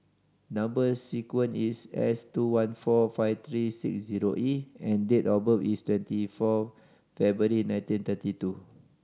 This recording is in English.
number sequence is S two one four five three six zero E and date of birth is twenty four February nineteen thirty two